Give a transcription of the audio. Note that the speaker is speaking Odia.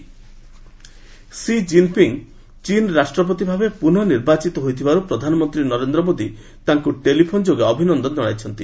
ପିଏମ ଜିନ ପିଙ୍ଗ ସିକିନ ପିଙ୍ଗ୍ ଚୀନ ରାଷ୍ଟ୍ରପତିଭାବେ ପୁନନିର୍ବାଚିତ ହୋଇଥିବାରୁ ପ୍ରଧାନମନ୍ତ୍ରୀ ନରେନ୍ଦ୍ର ମୋଦୀ ତାଙ୍କୁ ଟେଲିଫୋନ ଯୋଗେ ଅଭିନନ୍ଦନ ଜଣାଇଛନ୍ତି